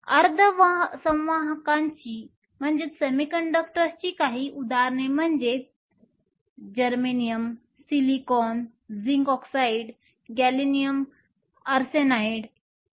अर्धसंवाहकांची काही उदाहरणे म्हणजे germanium silicon zinc oxide gallium arsenide Germanium Silicon Zinc Oxide Gallium Arsenide